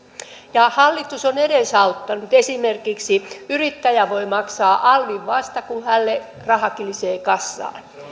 ja hallitus on edesauttanut sitä esimerkiksi yrittäjä voi maksaa alvin vasta kun hänelle raha kilisee kassaan